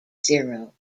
zero